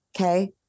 Okay